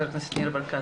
חבר הכנסת ניר ברקת,